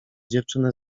dziewczynę